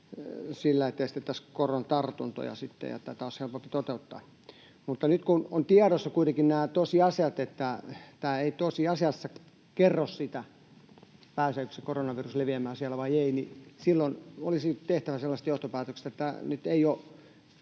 estettäisiin koronatartuntoja, ja tätä olisi helpompi toteuttaa. Mutta nyt kun kuitenkin ovat tiedossa nämä tosiasiat, että tämä ei tosiasiassa kerro sitä, pääseekö se koronavirus leviämään siellä vai ei, niin silloin olisi tehtävä sellaiset johtopäätökset, että nyt ei ole